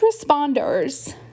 responders